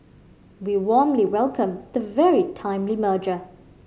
we warmly welcome the very timely merger